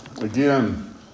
Again